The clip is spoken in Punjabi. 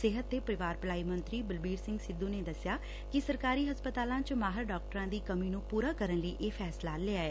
ਸਿਹਤ ਤੇ ਪਰਿਵਾਰ ਭਲਾਈ ਮੰਤਰੀ ਬਲਬੀਰ ਸਿੰਘ ਸਿੱਧੁ ਨੇ ਦਸਿਆ ਕਿ ਸਰਕਾਰੀ ਹਸਪਤਾਲਾਂ ਚ ਮਾਹਿਰ ਡਾਕਟਰਾਂ ਦੀ ਕਮੀ ਨੂੰ ਪੂਰਾ ਕਰਨ ਲਈ ਇਹ ਫੈਸਲਾ ਲਿਆ ਐ